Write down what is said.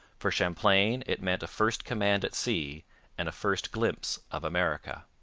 for champlain it meant a first command at sea and a first glimpse of america.